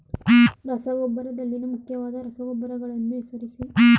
ರಸಗೊಬ್ಬರದಲ್ಲಿನ ಮುಖ್ಯವಾದ ರಸಗೊಬ್ಬರಗಳನ್ನು ಹೆಸರಿಸಿ?